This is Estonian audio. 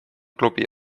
klubi